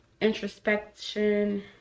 introspection